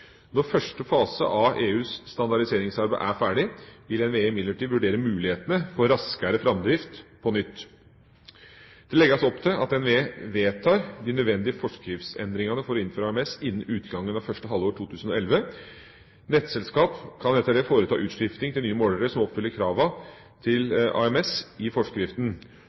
Når første fase av EUs standardiseringsarbeid er ferdig, vil NVE imidlertid vurdere mulighetene for raskere framdrift på nytt. Det legges opp til at NVE vedtar de nødvendige forskriftsendringene for å innføre AMS innen utgangen av første halvår 2011. Nettselskap kan etter det foreta utskifting til nye målere som oppfyller kravene til AMS i forskriften.